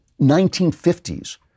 1950s